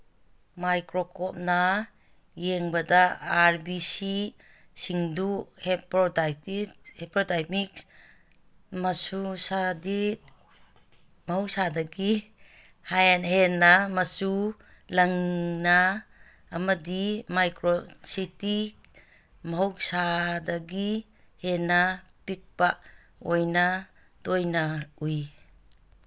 ꯃꯥꯏꯀ꯭ꯔꯣꯁꯀꯣꯞꯅ ꯌꯦꯡꯕꯗ ꯑꯥꯔ ꯕꯤ ꯁꯤꯁꯤꯡꯗꯨ ꯍꯦꯄ꯭ꯔꯣꯗꯥꯏꯃꯤꯛꯁ ꯃꯍꯧꯁꯥꯗꯒꯤ ꯍꯦꯟꯅ ꯃꯆꯨ ꯂꯪꯅ ꯑꯃꯗꯤ ꯃꯥꯏꯀ꯭ꯔꯣꯁꯤꯇꯤ ꯃꯍꯧꯁꯥꯗꯒꯤ ꯍꯦꯟꯅ ꯄꯤꯛꯄ ꯑꯣꯏꯅ ꯇꯣꯏꯅ ꯎꯏ